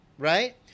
Right